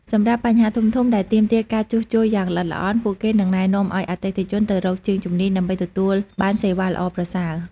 សម្រាប់បញ្ហាធំៗដែលទាមទារការជួសជុលយ៉ាងល្អិតល្អន់ ពួកគេនឹងណែនាំឱ្យអតិថិជនទៅរកជាងជំនាញដើម្បីទទួលបានសេវាល្អប្រសើរ។